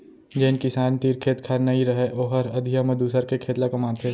जेन किसान तीर खेत खार नइ रहय ओहर अधिया म दूसर के खेत ल कमाथे